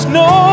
no